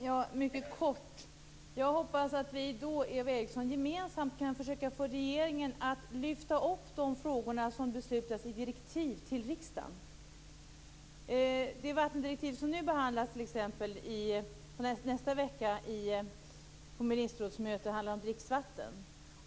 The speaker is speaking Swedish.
Fru talman! Mycket kort: Jag hoppas att vi då gemensamt kan få regeringen att lyfta fram de frågor som beslutas i direktiv till riksdagen. Det vattendirektiv som nu skall behandlas på ministerrådsmötet nästnästa vecka handlar om dricksvatten.